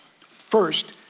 first